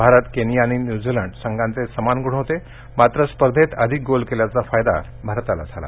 Bharat Kenya आणि New Zealand संघांचे समान ग्ण होते मात्र स्पर्धेत अधिक गोल केल्याचा फायदा भारताला झाला